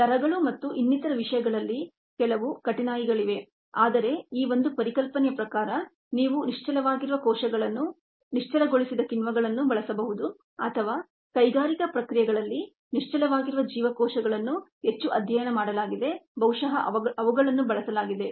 ದರಗಳು ಮತ್ತು ಇನ್ನಿತರ ವಿಷಯಗಳಲ್ಲಿ ಕೆಲವು ಕಠಿಣಾಯಿಗಳಿವೆ ಆದರೆ ಈ ಒಂದು ಪರಿಕಲ್ಪನೆಯ ಪ್ರಕಾರ ನೀವು ನಿಶ್ಚಲವಾಗಿರುವ ಕೋಶಗಳನ್ನು ನಿಶ್ಚಲಗೊಳಿಸಿದ ಕಿಣ್ವಗಳನ್ನು ಬಳಸಬಹುದು ಮತ್ತು ಕೈಗಾರಿಕಾ ಪ್ರಕ್ರಿಯೆಗಳಲ್ಲಿ ನಿಶ್ಚಲವಾಗಿರುವ ಜೀವಕೋಶಗಳನ್ನು ಹೆಚ್ಚು ಅಧ್ಯಯನ ಮಾಡಲಾಗಿದೆ ಬಹುಶಃ ಅವುಗಳನ್ನು ಬಳಸಲಾಗಿದೆ